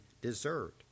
deserved